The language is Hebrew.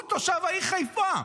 הוא תושב העיר חיפה,